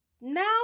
now